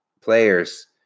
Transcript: players